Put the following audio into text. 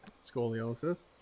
scoliosis